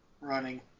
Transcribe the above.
running